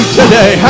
today